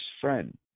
friend